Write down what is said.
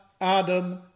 Adam